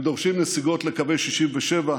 הם דורשים נסיגות לקווי 67',